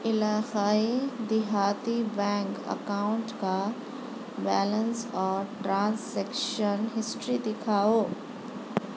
علاقائی دہاتی bank account کا بیلنس اور ٹرانسیکشن ہسٹری دکھاؤ